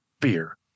fear